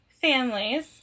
families